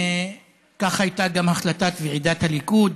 כך הייתה גם החלטת ועידת הליכוד